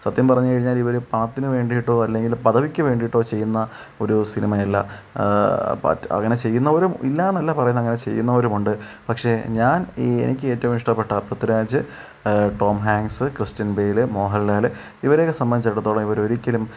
സത്യം പറഞ്ഞു കഴിഞ്ഞാൽ ഇവർ പണത്തിന് വേണ്ടീട്ടോ അല്ലെങ്കിൽ പദവിക്ക് വേണ്ടീട്ടോ ചെയ്യുന്ന ഒരു സിനിമയല്ല ബട്ട് അങ്ങനെ ചെയ്യുന്നോരും ഇല്ലാന്നല്ല പറയുന്നത് അങ്ങനെ ചെയ്യുന്നോരും ഉണ്ട് പക്ഷേ ഞാൻ ഈ എനിക്ക് ഏറ്റോം ഇഷ്ടപെട്ട Prithviraj Tom Hanks Christian Bale Mohanlal ഇവരെയൊക്കെ സംബന്ധിച്ചിടത്തോളം ഇവർ ഒരിക്കലും